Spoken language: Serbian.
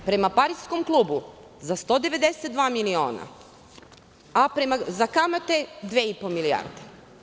Prema pariskom klubu za 192 miliona, a za kamate dve i po milijarde.